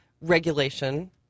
regulation